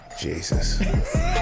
Jesus